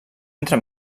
entre